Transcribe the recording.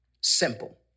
Simple